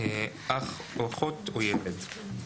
אח או אחות או ילד.